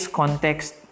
context